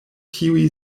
tiuj